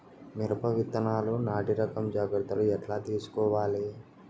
మిరప విత్తనాలు నాటి రకం జాగ్రత్తలు ఎట్లా తీసుకోవాలి?